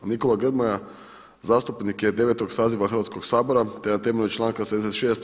Nikola Grmoja zastupnik je 9. saziva Hrvatskog sabora, te na temelju članka 76.